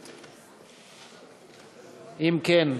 אם כן,